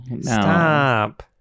Stop